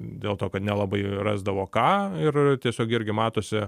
dėl to kad nelabai rasdavo ką ir tiesiog irgi matosi